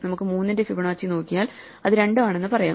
നമുക്ക് 3 ന്റെ ഫിബൊനാച്ചി നോക്കിയാൽ ഇത് രണ്ട് ആണെന്ന് പറയാം